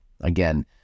Again